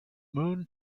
moon